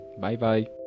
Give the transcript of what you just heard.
Bye-bye